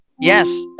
Yes